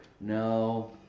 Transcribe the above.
No